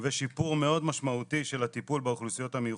ושיפור מאוד משמעותי של הטיפול באוכלוסיות המיוחדות.